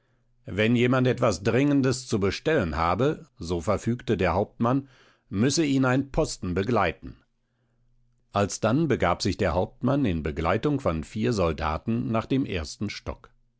wenn jemand etwas dringendes zu bestellen habe so verfügte der hauptmann müsse ihn ein posten begleiten alsdann begab sich der hauptmann in begleitung von vier soldaten nach dem ersten stock